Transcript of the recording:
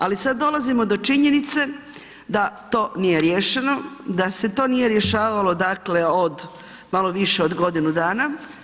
Ali sada dolazimo do činjenice da to nije riješeno, da se to nije rješavalo dakle od malo više od godinu dana.